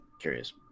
curious